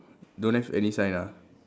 don't have any sign ah